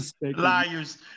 Liars